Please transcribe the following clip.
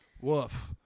woof